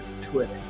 Twitter